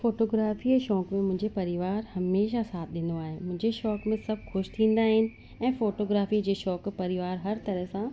photography जे शौक़ में मुंहिंजे परिवारु हमेशह साथ ॾिञो आहे मुंहिंजे शौक़ में सभु ख़ुशि थींदा आहिनि ऐं फोटोग्राफी जे शौक़ु परिवारु हर तरह सां